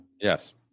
Yes